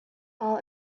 hall